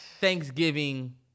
Thanksgiving